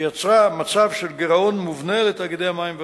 שיצרה מצב של גירעון מובנה לתאגידי המים והביוב.